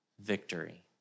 Victory